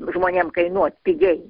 žmonėm kainuot pigiai